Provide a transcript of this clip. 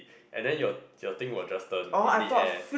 and then your your thing will just turn in the air